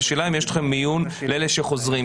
השאלה אם יש לכם מיון לאלה שחוזרים?